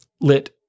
lit